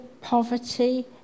poverty